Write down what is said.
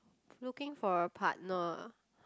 looking for a partner